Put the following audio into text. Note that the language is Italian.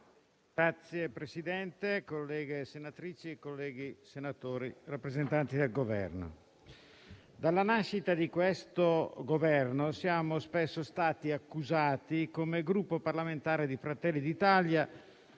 Signor Presidente, colleghe senatrici e colleghi senatori, rappresentanti del Governo, dalla nascita di questo Governo siamo spesso stati accusati, come Gruppo parlamentare Fratelli d'Italia,